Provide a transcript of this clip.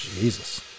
Jesus